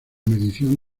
medición